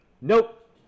Nope